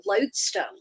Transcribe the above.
lodestone